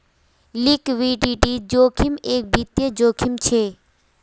liquidity जोखिम एक वित्तिय जोखिम छे